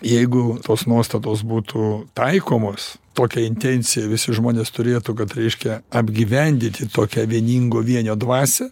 jeigu tos nuostatos būtų taikomos tokia intencija visi žmonės turėtų kad reiškia apgyvendyti tokio vieningo vienio dvasią